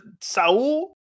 Saul